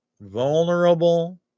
vulnerable